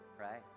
right